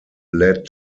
led